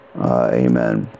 amen